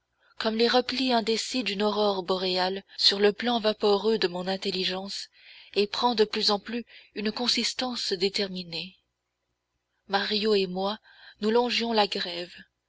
comme les replis indécis d'une aurore boréale sur le plan vaporeux de mon intelligence et prend de plus en plus une consistance déterminée mario et moi nous longions la grève